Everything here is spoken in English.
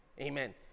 Amen